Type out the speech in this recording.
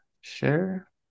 share